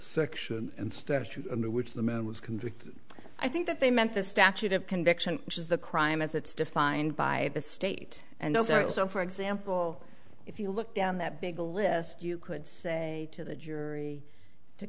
section and statute under which the man was convicted i think that they meant the statute of conviction which is the crime as it's defined by the state and also so for example if you look down that big list you could say to the jury to